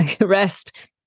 rest